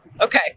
Okay